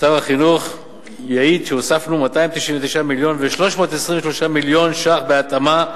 שר החינוך יעיד שהוספנו 299 מיליון ו-323 מיליון ש"ח בהתאמה,